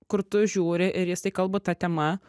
kur tu žiūri ir jisai kalba ta tema